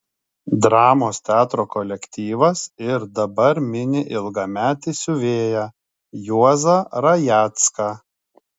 dramos teatro kolektyvas ir dabar mini ilgametį siuvėją juozą rajecką